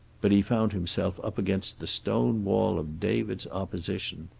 but he found himself up against the stone wall of david's opposition.